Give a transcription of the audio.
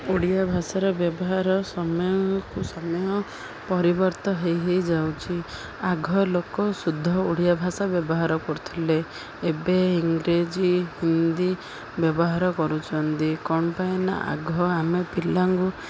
ଓଡ଼ିଆ ଭାଷାର ବ୍ୟବହାର ସମୟକୁ ସମୟ ପରିବର୍ତ୍ତନ ହେଇ ହେଇଯାଉଛି ଆଗ ଲୋକ ଶୁଦ୍ଧ ଓଡ଼ିଆ ଭାଷା ବ୍ୟବହାର କରୁଥିଲେ ଏବେ ଇଂରାଜୀ ହିନ୍ଦୀ ବ୍ୟବହାର କରୁଛନ୍ତି କ'ଣ ପାଇଁ ନା ଆଗ ଆମେ ପିଲାଙ୍କୁ